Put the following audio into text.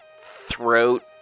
throat